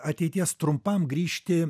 ateities trumpam grįžti